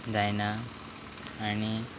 जायना आनी